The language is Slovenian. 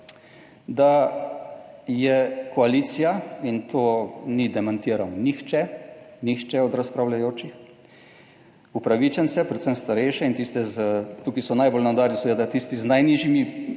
da je koalicija in to ni demantiral nihče, nihče od razpravljajočih, upravičence, predvsem starejše in tiste z, tukaj so najbolj na udaru seveda tisti z najnižjimi,